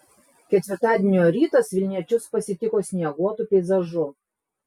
ketvirtadienio rytas vilniečius pasitiko snieguotu peizažu